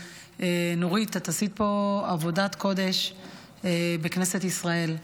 נורית, את עשית פה עבודת קודש בכנסת ישראל,